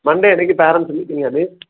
Monday அன்னைக்கு parents மீட்டிங்கா miss